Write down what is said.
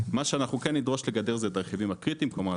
מה שאנחנו כן נדרוש לגדר זה את הרכיבים הקריטיים; כלומר,